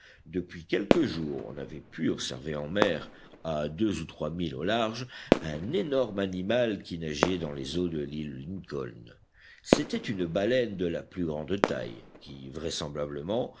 depuis quelques jours on avait pu observer en mer à deux ou trois milles au large un énorme animal qui nageait dans les eaux de l'île lincoln c'était une baleine de la plus grande taille qui vraisemblablement